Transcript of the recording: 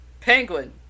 Penguin